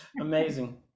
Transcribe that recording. amazing